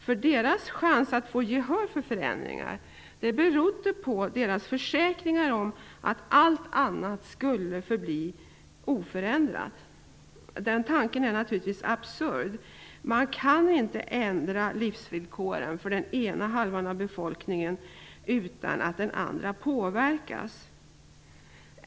Kvinnornas chans att få gehör för förändringar berodde på deras försäkringar om att allt annat skulle förbli oförändrat. Den tanken är naturligtvis absurd. Man kan inte ändra livsvillkoren för den ena halvan av befolkningen utan att den andra halvan påverkas.